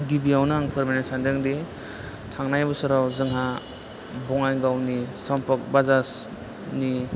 गिबियावनो आं फोरमायनो सानदोंदि थांनाय बोसोराव जोंहा बङाइगावनि समफप बाजाजनि